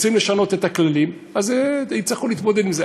רוצים לשנות את הכללים, אז יצטרכו להתמודד עם זה.